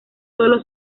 sólo